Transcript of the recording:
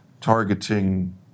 targeting